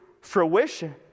fruition